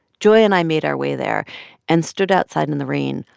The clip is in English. joy and i made our way there and stood outside in in the rain,